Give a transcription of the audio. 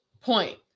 Point